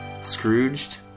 Scrooged